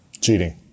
Cheating